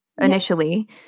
initially